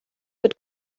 wird